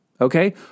okay